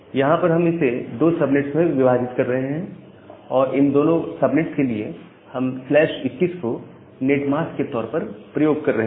यहां पर हम इसे 2 सबनेट्स में विभाजित कर रहे हैं और दोनों सबनेट्स के लिए हम 21 को नेटमास्क के तौर पर प्रयोग कर रहे हैं